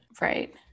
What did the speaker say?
Right